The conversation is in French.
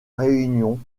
réunion